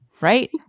right